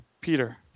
Peter